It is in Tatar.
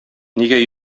нигә